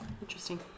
interesting